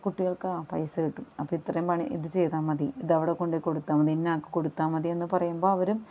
കുട്ടികൾക്ക് ആ പൈസ കിട്ടും അപ്പം ഇത്രയും പണി ഇത് ചെയ്താൽ മതി ഇതിവിടെ കൊണ്ട് കൊടുത്താൽ മതി ഇന്ന ആൾക്ക് കൊടുത്താൽ മതിയെന്ന് പറയുമ്പം അവരും